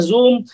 Zoom